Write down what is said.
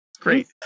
Great